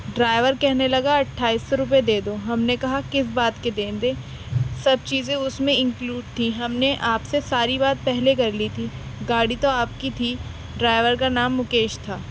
driver کہنے لگا اٹھائیس سو روپئے دے دو ہم نے کہا کس بات کے دیں گے سب چیزیں اس میں انکلوڈ تھیں ہم نے آپ سے ساری بات پہلے کر لی تھی گاڑی تو آپ کی تھی ڈرائیور کا نام مکیش تھا